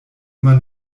immer